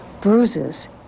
bruises